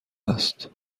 است